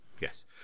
Yes